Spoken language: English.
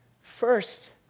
First